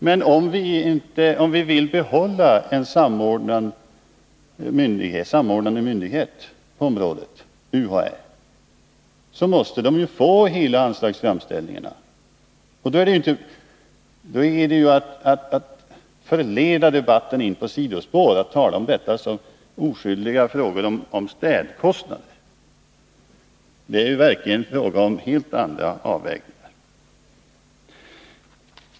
Men om vi vill behålla en samordnande myndighet på området, UHÄ, måste denna få alla anslagsframställningarna. Det är att leda debatten in på ett sidospår när man talar om detta som om det gällde oskyldiga frågor som städkostnader. Det handlar verkligen om helt andra avvägningar.